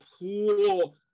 pool